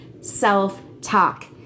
self-talk